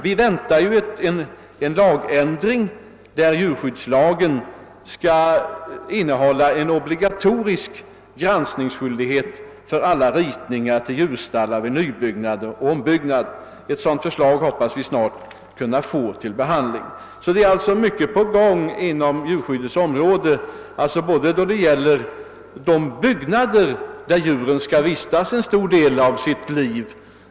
Vi väntar en lagändring varigenom djurskyddslagen skall komma att innehålla en obligatorisk granskningsskyldighet beträffande alla ritningar till djurstallar vid nybyggnader och ombyggnader. Vi hoppas snart kunna få ett sådant förslag till behandling. Det är alltså mycket på gång inom djurskyddets område, även när det gäller de byggnader där djuren skall vistas en stor del av sitt liv.